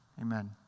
Amen